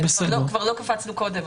גם לא קפצנו קודם.